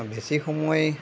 বেছি সময়